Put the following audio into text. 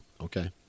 okay